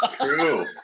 true